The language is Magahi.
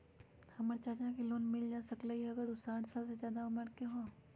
हमर चाचा के लोन मिल जा सकलई ह अगर उ साठ साल से जादे उमर के हों?